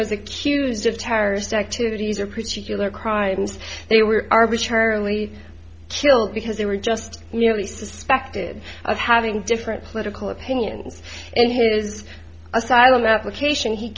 was accused of terrorist activities or particular crimes they were arbitrarily killed because they were just really suspected of having different political opinions in his asylum application he